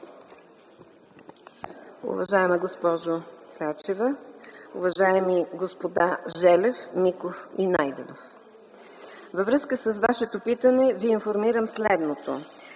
Уважаема госпожо Цачева! Уважаеми господа Желев, Миков и Найденов, във връзка с вашето питане ви информирам следното.